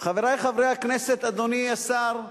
חברי חברי הכנסת, אדוני השר,